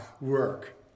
work